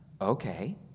Okay